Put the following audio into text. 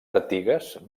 artigas